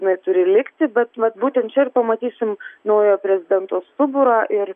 jinai turi likti bet vat būtent čia ir pamatysim naujo prezidento stuburą ir